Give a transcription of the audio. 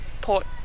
port